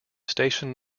station